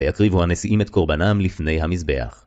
ויקריבו הנשיאים את קורבנם לפני המזבח.